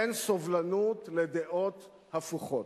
אין סובלנות לדעות הפוכות.